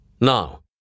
Now